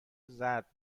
زرد